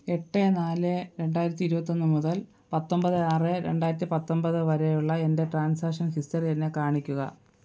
എട്ട് നാല് രണ്ടായിരത്തി ഇരുപത്തൊന്നു മുതൽ പത്തൊൻപത് ആറ് രണ്ടായിരത്തി പത്തൊൻപത് വരെയുള്ള എൻ്റെ ട്രാൻസാഷൻ ഹിസ്റ്ററി എന്നെ കാണിക്കുക